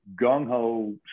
gung-ho